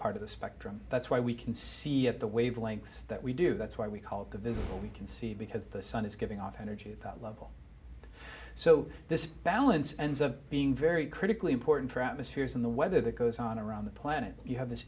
part of the spectrum that's why we can see at the wavelengths that we do that's why we call it the visible we can see because the sun is giving off energy at that level so this balance ends up being very critically important for atmospheres in the weather that goes on around the planet you have this